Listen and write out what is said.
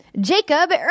Jacob